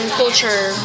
culture